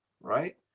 right